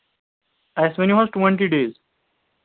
اَسہِ ؤنِو حظ ٹُونٹی ڈیز